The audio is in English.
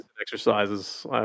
Exercises